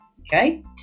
okay